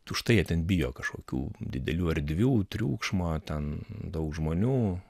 už tai jie ten bijo kažkokių didelių erdvių triukšmo ten daug žmonių